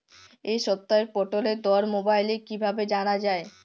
এই সপ্তাহের পটলের দর মোবাইলে কিভাবে জানা যায়?